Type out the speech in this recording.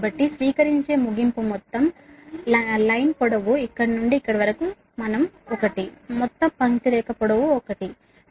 కాబట్టి స్వీకరించే ముగింపు మొత్తం పంక్తి పొడవు ఇక్కడ నుండి ఇక్కడ వరకు మనం l మొత్తం పంక్తి రేఖ పొడవు l